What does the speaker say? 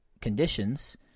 conditions